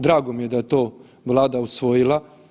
Drago mi je da je to Vlada usvojila.